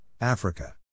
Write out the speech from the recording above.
Africa